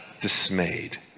dismayed